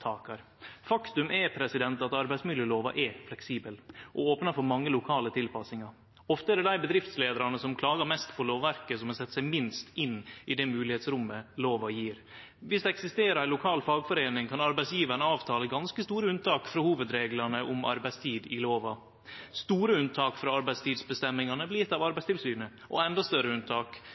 arbeidstakaren. Faktum er at arbeidsmiljølova er fleksibel og opnar for mange lokale tilpassingar. Ofte er det dei bedriftsleiarane som klagar mest på lovverket, som har sett seg minst inn i det moglegheitsrommet lova gjev. Viss det eksisterer ei lokal fagforeining, kan arbeidsgjevaren avtale ganske store unntak frå hovudreglane om arbeidstid i lova. Store unntak frå arbeidstidsbestemmingane blir gjevne av Arbeidstilsynet, og endå større unntak